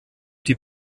die